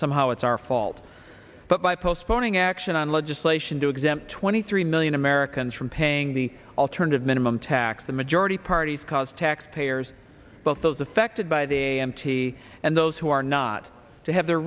somehow it's our fault but by postponing action on legislation to exempt twenty three million americans from paying the alternative minimum tax the majority party's cost taxpayers both those affected by the a m t and those who are not to have their